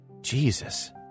Jesus